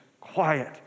quiet